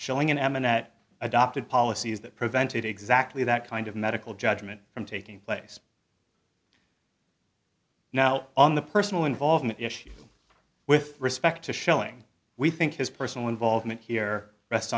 showing an eminent adopted policies that prevented exactly that kind of medical judgment from taking place now on the personal involvement issue with respect to schilling we think his personal involvement here rest